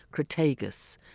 crataegus,